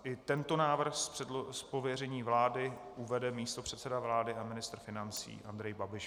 I tento návrh z pověření vlády uvede místopředseda vlády a ministr financí Andrej Babiš.